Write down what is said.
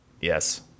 Yes